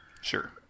Sure